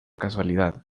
casualidad